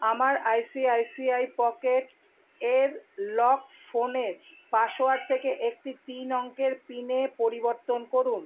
আমার আইসিআইসিআই পকেটস এর লক ফোনের পাসওয়ার্ড থেকে একটি তিন অঙ্কের পিনে পরিবর্তন করুন